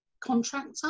contractor